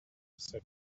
said